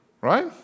Right